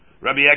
Rabbi